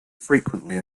frequently